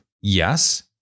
Yes